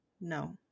no